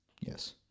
Yes